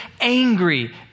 angry